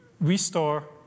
restore